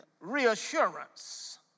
reassurance